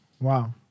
Wow